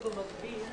בוקר טוב.